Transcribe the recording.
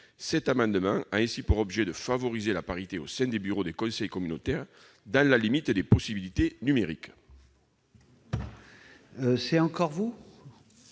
cet amendement a pour objet de favoriser la parité au sein des bureaux des conseils communautaires, dans la limite des possibilités numériques.